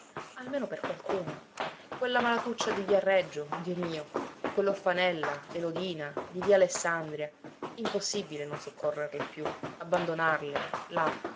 almeno per qualcuna quella malatuccia di via reggio dio mio e quell'orfanella elodina di via alessandria impossibile non soccorrerle più abbandonarle là